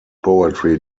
poetry